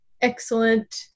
Excellent